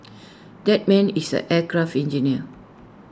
that man is an aircraft engineer